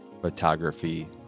photography